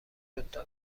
دوتا